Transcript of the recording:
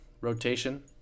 Rotation